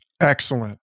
Excellent